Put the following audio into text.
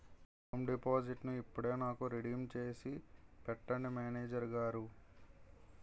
term డిపాజిట్టును ఇప్పుడే నాకు రిడీమ్ చేసి పెట్టండి మేనేజరు గారు